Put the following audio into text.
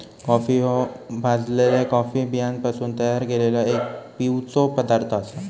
coffee ह्यो भाजलल्या coffee बियांपासून तयार केललो एक पिवचो पदार्थ आसा